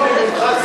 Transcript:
ממך?